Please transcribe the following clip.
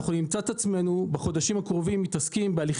אנחנו נמצא את עצמנו בחודשים הקרובים מתעסקים בהליכים